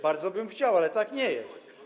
Bardzo bym chciał, ale tak nie jest.